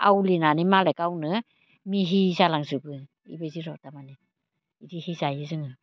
आवलिनानै मालाय गावनो मिहि जालांजोबो बेबायदि र' तारमाने बिदिहाय जायो जोङो